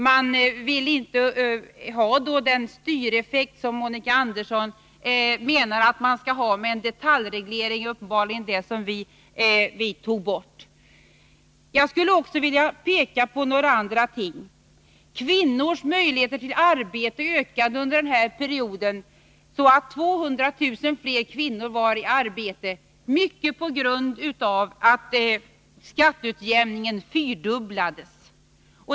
Man vill inte ha den styreffekt som Monica Andersson: uppenbarligen menar att man skall ha, med detaljreglering — det som vi tog bort. Jag skulle också vilja peka på några andra ting. Kvinnors möjligheter till arbete ökade under perioden, så att 200 000 fler kvinnor var i arbete — mycket på grund av att skatteutjämningen fyrdubblades.